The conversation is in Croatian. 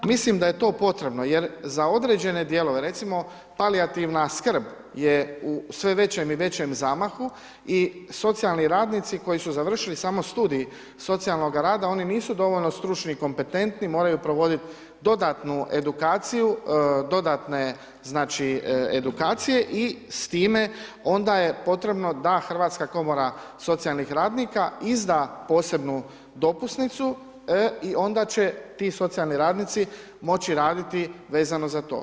Mislim da je to potrebno jer za određene dijelove, recimo palijativna skrb je u sve većem i većem zamahu i socijalni radnici koji su završili samo studij socijalnog rada, oni nisu dovoljno stručni i kompetentni, moraju provoditi dodatnu edukaciju, dodatne edukacije i s time onda je potrebno da Hrvatska udruga socijalnih radnika izda posebnu dopusnicu i onda će ti socijalni radnici moći raditi vezano za to.